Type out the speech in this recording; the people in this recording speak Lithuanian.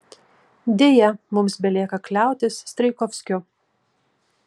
deja mums belieka kliautis strijkovskiu